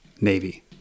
navy